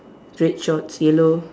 red shorts yellow